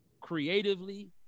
creatively